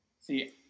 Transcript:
see